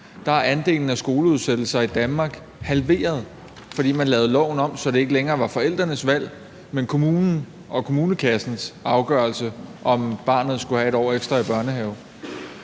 2009 er andelen af skoleudsættelser i Danmark halveret, fordi man lavede loven om, så det ikke længere var forældrenes valg, men kommunen og kommunekassens afgørelse, om barnet skulle have et år ekstra i børnehave.